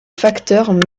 facteurs